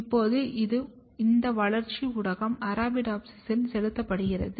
இப்போது இந்த வளர்ச்சி ஊடகம் அரபிடோப்சிஸில் செலுத்தப்படுகிறது